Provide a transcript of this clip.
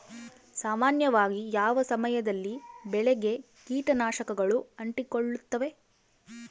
ಸಾಮಾನ್ಯವಾಗಿ ಯಾವ ಸಮಯದಲ್ಲಿ ಬೆಳೆಗೆ ಕೇಟನಾಶಕಗಳು ಅಂಟಿಕೊಳ್ಳುತ್ತವೆ?